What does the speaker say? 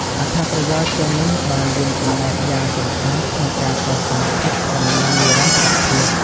អត្ថប្រយោជន៍ទាំងនេះបានរួមចំណែកយ៉ាងសំខាន់ក្នុងការកសាងភាពធន់ និងនិរន្តរភាព។